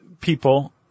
people